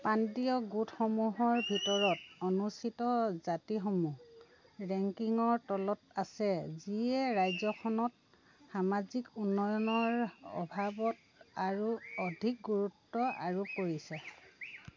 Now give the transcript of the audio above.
প্ৰান্তীয় গোটসমূহৰ ভিতৰত অনুচিত জাতিসমূহ ৰেংকিঙৰ তলত আছে যিয়ে ৰাজ্যখনত সামাজিক উন্নয়নৰ অভাৱত আৰু অধিক গুৰুত্ব আৰোপ কৰিছে